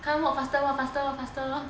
come walk faster walk faster walk faster